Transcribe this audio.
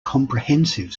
comprehensive